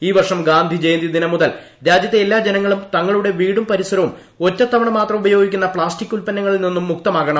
ഈ വർഷം ഗാന്ധിജയന്തി ദിനം മുതൽ രാജ്യത്തെ എല്ലാ ജനങ്ങളും തങ്ങളുടെ വീടും പരിസരവും ഒറ്റത്തവണ മാത്രം ഉപയോഗിക്കുന്ന പ്ലാസ്റ്റിക് ഉല്പന്നങ്ങളിൽ നിന്നും മുക്തമാകണം